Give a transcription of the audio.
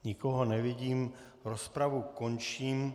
Nikoho nevidím, rozpravu končím.